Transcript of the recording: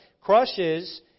crushes